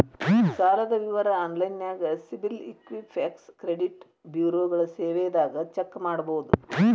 ಸಾಲದ್ ವಿವರ ಆನ್ಲೈನ್ಯಾಗ ಸಿಬಿಲ್ ಇಕ್ವಿಫ್ಯಾಕ್ಸ್ ಕ್ರೆಡಿಟ್ ಬ್ಯುರೋಗಳ ಸೇವೆದಾಗ ಚೆಕ್ ಮಾಡಬೋದು